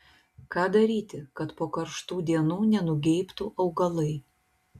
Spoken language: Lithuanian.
ką daryti kad po karštų dienų nenugeibtų augalai